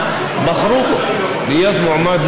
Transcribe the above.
שהוא מעבר להסכם?